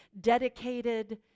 dedicated